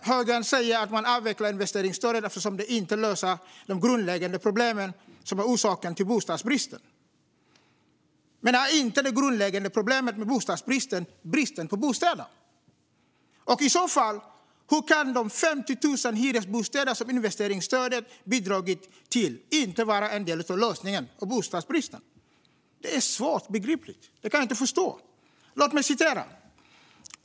Högern säger att man avvecklar investeringsstödet eftersom det inte löser de grundläggande problem som är orsaken till bostadsbristen. Men är inte bristen på bostäder det grundläggande problemet med bostadsbristen? Och i så fall: Hur kan de 50 000 hyresbostäder som investeringsstödet har bidragit till inte vara en del av lösningen på bostadsbristen? Det är svårbegripligt. Jag kan inte förstå det. Låt mig citera.